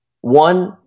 one